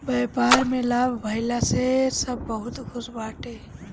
व्यापार में लाभ भइला से सब बहुते खुश बाटे